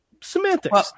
semantics